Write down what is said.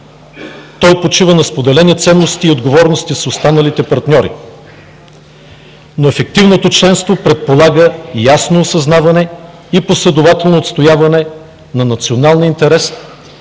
Той почива на споделени ценности и отговорности с останалите партньори, но ефективното членство предполага ясно осъзнаване и последователно отстояване на националния интерес